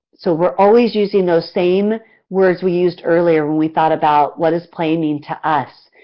so we're always using those same words we used earlier when we thought about, what does play mean to us?